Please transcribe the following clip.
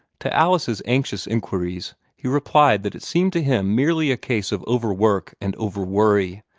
to alice's anxious inquiries, he replied that it seemed to him merely a case of over-work and over-worry,